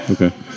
Okay